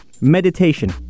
Meditation